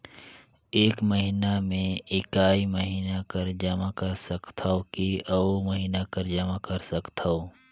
एक महीना मे एकई महीना कर जमा कर सकथव कि अउ महीना कर जमा कर सकथव?